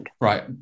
Right